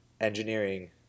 engineering